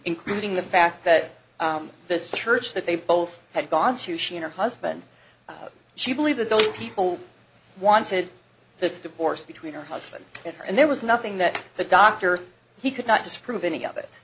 including the fact that this church that they both had gone to she and her husband she believe that those people wanted this divorce between her husband and her and there was nothing that the doctor he could not disprove any of it